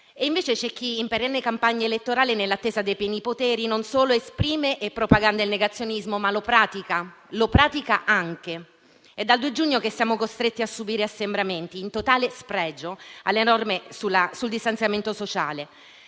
invece, c'è chi, in perenne campagna elettorale e nell'attesa dei pieni poteri, non solo esprime e propaganda il negazionismo, ma lo pratica anche. È dal 2 giugno scorso che siamo costretti a subire assembramenti, in totale spregio delle norme sul distanziamento sociale,